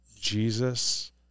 Jesus